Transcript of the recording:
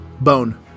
Bone